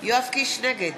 נגד